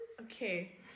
Okay